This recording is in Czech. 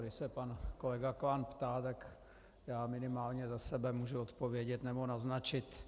Když se pan kolega Klán ptá, tak já minimálně za sebe můžu odpovědět nebo naznačit.